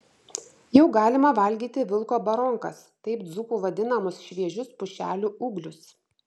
jau galima valgyti vilko baronkas taip dzūkų vadinamus šviežius pušelių ūglius